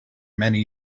many